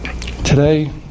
today